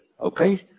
okay